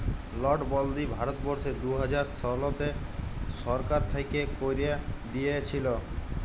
লটবল্দি ভারতবর্ষে দু হাজার শলতে সরকার থ্যাইকে ক্যাইরে দিঁইয়েছিল